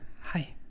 Hi